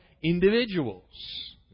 individuals